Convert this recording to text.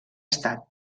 estat